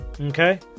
okay